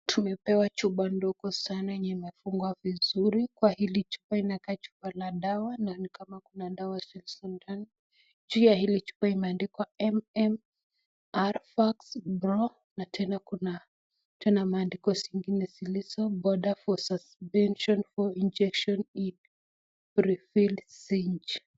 Tumepewa chupa ndogo sana yenye imefungwa vizuri, kwa hili chupa inakaa chupa la dawa na ni kama kuna dawa zilizo ndani, juu la hili chupa imeandikwa M-M-RvaxPro na tena kuna maandiko zingine zilizo powder for suspension for injection in pre-filled syringe.